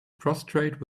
prostrate